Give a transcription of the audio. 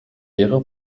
wäre